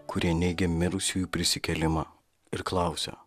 kurie neigia mirusiųjų prisikėlimą ir klausia